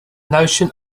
notion